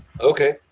Okay